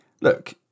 look